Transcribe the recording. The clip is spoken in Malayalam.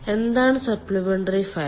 എന്താണ് സപ്ലിമെന്ററി ഫയർ